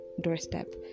doorstep